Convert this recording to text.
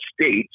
states